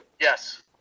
Yes